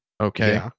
okay